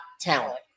Talent